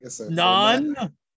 None